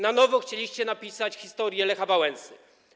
Na nowo chcieliście napisać historię Lecha Wałęsy.